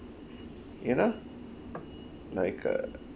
you know like uh